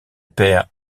père